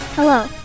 Hello